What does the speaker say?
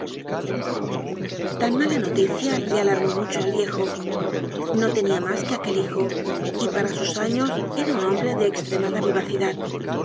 tan mala noticia le alarmó mucho al viejo no tenía más que aquel hijo y para sus años era un hombre de extremada vivacidad